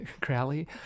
Crowley